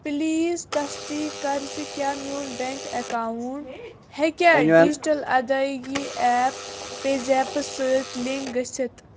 please تصدیٖق کَر زِ کیٛاہ میٛون بیٚنٛک اَکاوُنٛٹ ہٮ۪کیا ڈِجیٹل ادائیگی ایپ پے زیپس سۭتۍ لِنٛک گٔژھِتھ